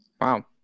Wow